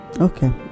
Okay